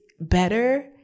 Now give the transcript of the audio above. better